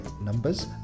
Numbers